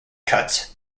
cuts